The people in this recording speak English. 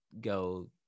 go